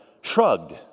shrugged